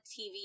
tv